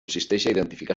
identificar